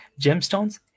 gemstones